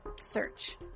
Search